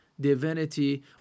divinity